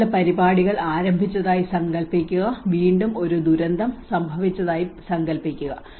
നിങ്ങൾ ചില പരിപാടികൾ ആരംഭിച്ചതായി സങ്കൽപ്പിക്കുക വീണ്ടും ഒരു ദുരന്തം സംഭവിച്ചതായി സങ്കൽപ്പിക്കുക